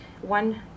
One